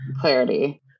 clarity